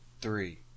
three